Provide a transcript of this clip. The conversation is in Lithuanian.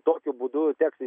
tokiu būdu tekti